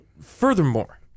furthermore